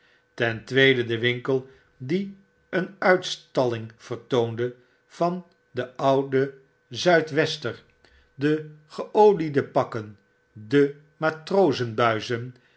ten tweede de winkel die een uitstalling vertoonde van den ouden zuid wester de geoliede pakken de